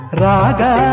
raga